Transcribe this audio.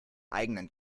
eigenen